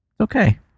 Okay